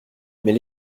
mais